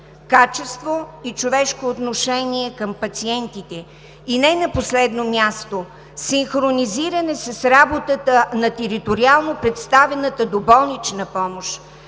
качество и човешко отношение към пациентите. И не на последно място, синхронизиране с работата на териториално представената доболнична помощ.